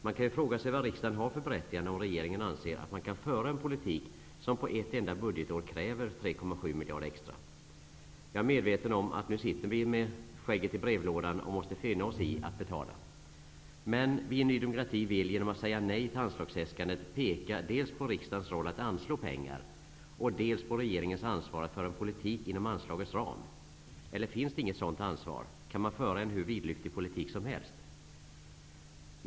Man kan ju fråga sig vad riksdagen har för berättigande om regeringen anser att man kan föra en politik som på ett enda budgetår kräver 3,7 miljarder extra. Jag är medveten om att vi nu sitter med skägget i brevlådan och måste finna oss i att betala. Men vi i Ny demokrati vill genom att säga nej till anslagsäskandet peka dels på riksdagens roll som den som anslår pengar, dels på regeringens ansvar att föra en politik inom anslagets ram. Eller finns det inget sådant ansvar? Kan man föra en hur vidlyftig politik som helst?